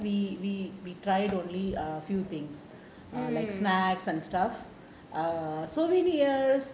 we we we try only a few things err like snacks and stuff err so really